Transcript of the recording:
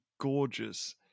gorgeous